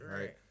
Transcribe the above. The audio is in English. right